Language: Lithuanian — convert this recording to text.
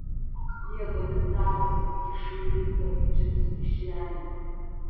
nieko netarusi įkišau ranką į džinsų kišenę